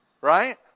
Right